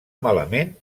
malament